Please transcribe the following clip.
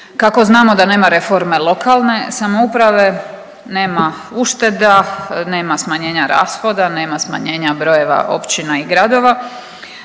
Kako znamo da nema reforme lokalne samouprave nema ušteda, nema smanjenja rashoda, nema smanjenja brojeva općina i gradova.